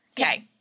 Okay